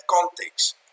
context